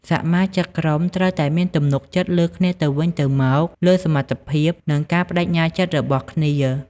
សមាជិកក្រុមត្រូវតែមានទំនុកចិត្តលើគ្នាទៅវិញទៅមកលើសមត្ថភាព និងការប្តេជ្ញាចិត្តរបស់គ្នា។